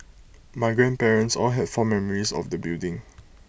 my grandparents all had fond memories of the building